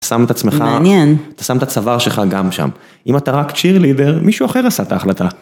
שם את עצמך. מעניין. שם את הצוואר שלך גם שם, אם אתה רק cheerleader מישהו אחר עשה את ההחלטה.